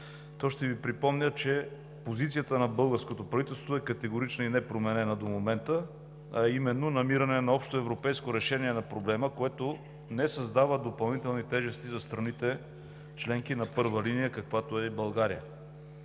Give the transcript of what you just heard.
то ще Ви припомня, че позицията на българското правителство е категорична и непроменена до момента, а именно намиране на общо европейско решение на проблема, което не създава допълнителни тежести за страните членки на първа линия, каквато е България.